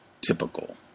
typical